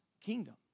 kingdom